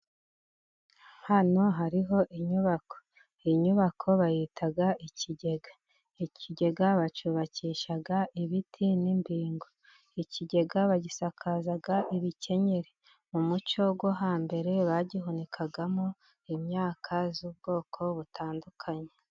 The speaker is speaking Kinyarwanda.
Hano hariho inyubako inyubako bayita ikigega, ikigega bacyubakisha ibiti n'imbingo, ikigega bagisakazaga ibikenyeri mu muco wo hambere bagihunikagamo imyaka y'ubwoko butandukanye.